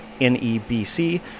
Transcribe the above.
NEBC